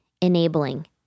enabling